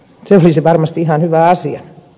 se olisi varmasti ihan hyvä asia